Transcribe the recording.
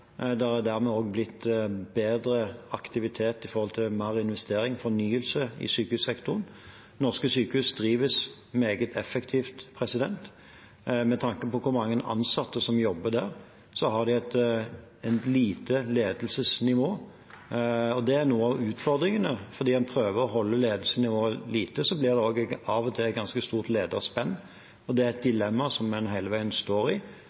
dermed også blitt bedre aktivitet med mer investering og fornyelse i sykehussektoren. Norske sykehus drives meget effektivt. Med tanke på hvor mange ansatte som jobber der, har de et lite ledelsesnivå. Det er noe av utfordringen at fordi man prøver å holde ledelsesnivået lavt, blir det av og til et ganske stort lederspenn, og det er et dilemma man hele tiden står i.